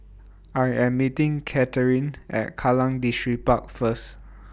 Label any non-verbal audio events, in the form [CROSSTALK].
I Am meeting Katheryn At Kallang Distripark First [NOISE]